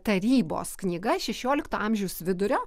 tarybos knyga šešiolikto amžiaus vidurio